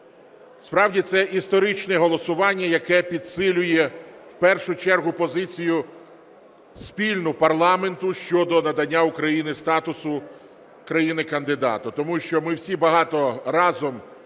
справді, це історичне голосування, яке підсилює в першу чергу позицію спільну парламенту щодо надання Україні статусу крани-кандидата. Тому що ми всі багато разом,